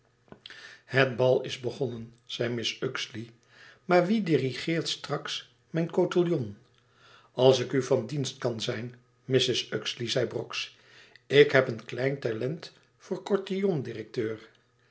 het bal is begonnen zei mrs uxeley maar wie dirigeert straks mijn cotillon als ik u van dienst kan zijn mrs uxeley zeide brox ik heb een klein talent voor